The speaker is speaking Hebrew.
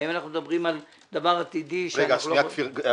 האם אנחנו מדברים על דבר עתידי -- שניה גפני,